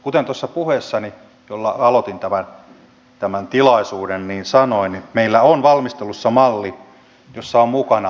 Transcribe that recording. kuten sanoin tuossa puheessani jolla aloitin tämän tilaisuuden meillä on valmistelussa malli jossa ovat mukana nämä elementit